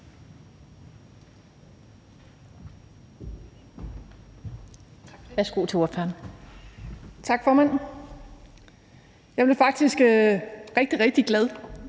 Værsgo til ordføreren.